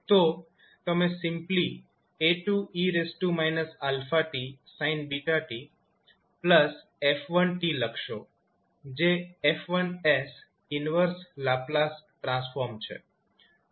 તો તમે simply 𝐴2𝑒−𝛼𝑡sinβt 𝑓1𝑡 લખશો જે 𝐹1𝑠 ઈન્વર્સ લાપ્લાસ ટ્રાન્સફોર્મ છે